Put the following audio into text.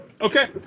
Okay